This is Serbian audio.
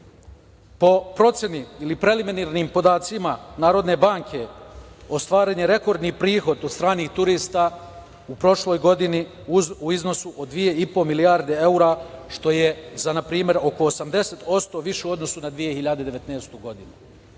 proceni ili preliminarnim podacima Narodne banke ostvaren je rekordni prihod od stranih turista u prošloj godini u iznosu od 2,5 milijarde evra, što je za npr. oko 80% više u odnosu na 2019. godinu.